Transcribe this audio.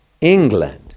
England